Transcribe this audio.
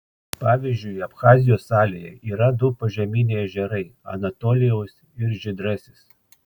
pavyzdžiui abchazijos salėje yra du požeminiai ežerai anatolijaus ir žydrasis